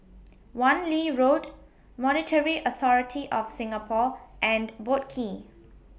Wan Lee Road Monetary Authority of Singapore and Boat Quay